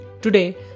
Today